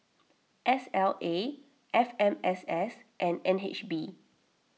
S L A F M S S and N H B